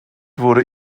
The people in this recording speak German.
wurde